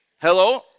Hello